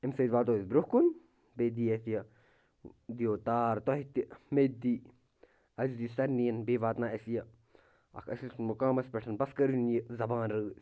اَمہِ سۭتۍ واتو أسۍ برٛونٛہہ کُن بیٚیہِ دِی اَکھ یہِ دِییو تار تۄہہِ تہِ مےٚ تہِ دی اَسہِ دی سارِنِیَن بیٚیہِ واتناو اَسہِ یہِ اَکھ اَسہِ مُقامَس پٮ۪ٹھ بَس کٔرِنۍ یہِ زبان رٲضۍ